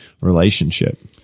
relationship